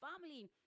family